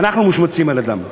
ואנחנו מושמצים על-ידם.